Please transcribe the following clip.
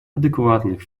адекватных